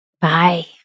Bye